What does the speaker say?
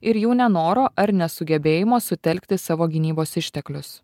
ir jų nenoro ar nesugebėjimo sutelkti savo gynybos išteklius